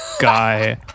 guy